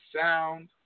sound